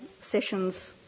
sessions